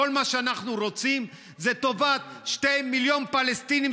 כל מה שאנחנו רוצים זה טובת 2 מיליון פלסטינים,